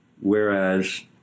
Whereas